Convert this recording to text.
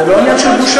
זה לא עניין של בושה.